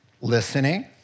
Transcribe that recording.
listening